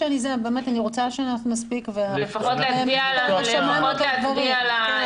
אני רוצה שנספיק --- לפחות להצביע על הבריכות